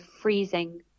freezing